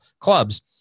clubs